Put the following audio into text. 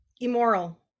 Immoral